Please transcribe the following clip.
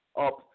up